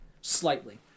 Slightly